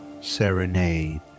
serenade